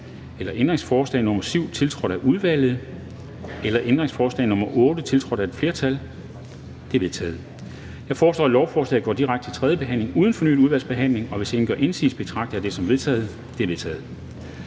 om ændringsforslag nr. 7, tiltrådt af udvalget, eller om ændringsforslag nr. 8, tiltrådt af et flertal (S, V, DF, RV, SF, EL og KF)? De er vedtaget. Jeg foreslår, at lovforslaget går direkte til tredje behandling uden fornyet udvalgsbehandling. Hvis ingen gør indsigelse, betragter jeg dette som vedtaget. Det er vedtaget.